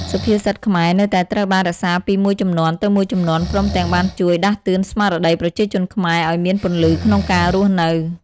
សុភាសិតខ្មែរនៅតែត្រូវបានរក្សាពីមួយជំនាន់ទៅមួយជំនាន់ ព្រមទាំងបានជួយដាស់តឿនស្មារតីប្រជាជនខ្មែរឲ្យមានពន្លឺក្នុងការរស់នៅ។